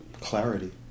clarity